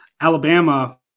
Alabama